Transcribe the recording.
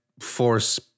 force